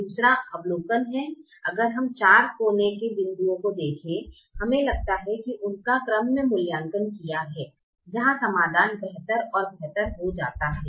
दूसरा अवलोकन है अगर हम चार कॉर्नर के बिंदुओं को देखें हमें लगता है कि उनका क्रम में मूल्यांकन किया है जहां समाधान बेहतर और बेहतर हो जाता है